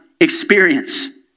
experience